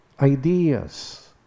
ideas